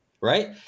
Right